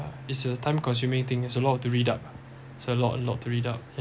it's a consuming thing is a lot to read up a lot a lot to read up